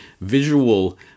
visual